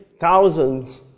thousands